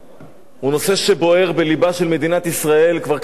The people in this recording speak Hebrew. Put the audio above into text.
הוא נושא שבוער בלבה של מדינת ישראל כבר כמה שנים.